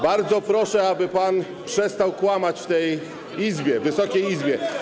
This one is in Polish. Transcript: Bardzo proszę, aby pan przestał kłamać w tej Izbie, Wysokiej Izbie.